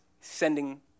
sending